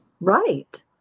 Right